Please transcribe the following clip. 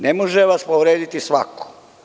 Ne može vas povrediti svako.